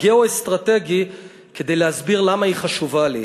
גיאו-אסטרטגי כדי להסביר למה היא חשובה לי.